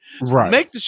Right